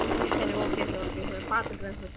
ம் ம் சரி ஓகே சார் ஓகே சார் பார்த்துக்குறேன் சார்